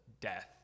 death